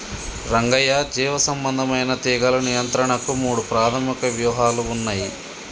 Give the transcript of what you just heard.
రంగయ్య జీవసంబంధమైన తీగలు నియంత్రణకు మూడు ప్రాధమిక వ్యూహాలు ఉన్నయి